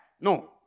No